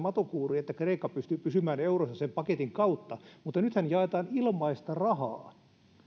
matokuuri että kreikka pystyi pysymään eurossa sen paketin kautta mutta nythän jaetaan ilmaista rahaa